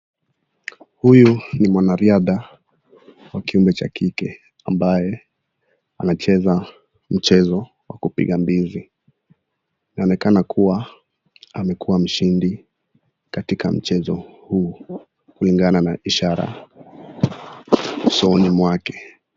Huyu ni mwanariadha wa kiumbe cha kike ambaye anacheza mchezo wa kupiga mbizi. Inaonekana kuwa amekuwa mshindi katika mchezo huo kulingana na ishara usoni mwake.